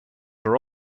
are